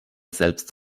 selbst